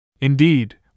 Indeed